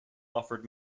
offered